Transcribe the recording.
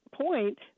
point